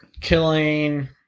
killing